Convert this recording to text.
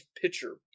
pitcher